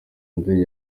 ndege